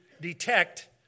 detect